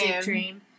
dream